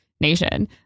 nation